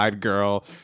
girl